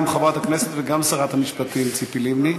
גם חברת הכנסת וגם שרת המשפטים, ציפי לבני.